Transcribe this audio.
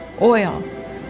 oil